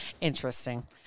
Interesting